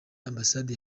ambasade